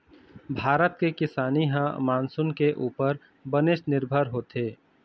भारत के किसानी ह मानसून के उप्पर बनेच निरभर होथे